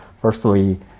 Firstly